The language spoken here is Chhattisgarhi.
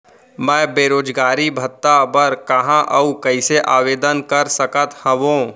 मैं बेरोजगारी भत्ता बर कहाँ अऊ कइसे आवेदन कर सकत हओं?